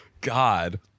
God